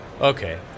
okay